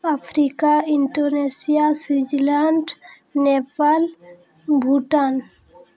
Africa Indonesia Switzerland Nepal Bhutan